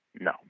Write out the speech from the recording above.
No